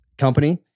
Company